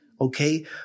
Okay